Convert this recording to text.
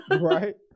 right